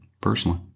personally